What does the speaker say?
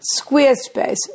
Squarespace